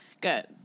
Good